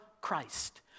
Christ